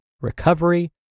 recovery